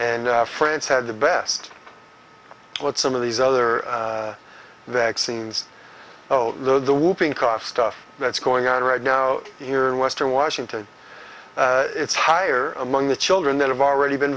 and france had the best what some of these other that seems though the whooping cough stuff that's going on right now here in western washington it's higher among the children that have already been